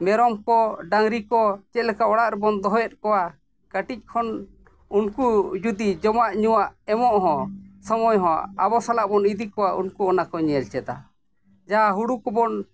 ᱢᱮᱨᱚᱢ ᱠᱚ ᱰᱟᱹᱝᱨᱤ ᱠᱚ ᱪᱮᱫ ᱞᱮᱠᱟ ᱚᱲᱟᱜ ᱨᱮᱵᱚᱱ ᱫᱚᱦᱚᱭᱮᱫ ᱠᱚᱣᱟ ᱠᱟᱹᱴᱤᱡ ᱠᱷᱚᱱ ᱩᱱᱠᱩ ᱡᱩᱫᱤ ᱡᱚᱢᱟᱜ ᱧᱩᱣᱟᱜ ᱮᱢᱚᱜ ᱦᱚᱸ ᱥᱚᱢᱚᱭ ᱦᱚᱸ ᱟᱵᱚ ᱥᱟᱞᱟᱜ ᱵᱚᱱ ᱤᱫᱤ ᱠᱚᱣᱟ ᱩᱱᱠᱩ ᱚᱱᱟ ᱠᱚ ᱧᱮᱞ ᱪᱮᱫᱟ ᱡᱟᱦᱟᱸ ᱦᱩᱲᱩ ᱠᱚᱵᱚᱱ